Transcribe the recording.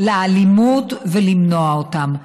לאלימות ולמנוע אותם.